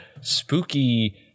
spooky